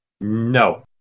No